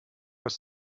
was